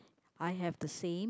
I have the same